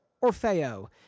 Orfeo